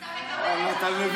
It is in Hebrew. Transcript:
אתם הממשלה, אתם אשמים.